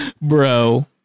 Bro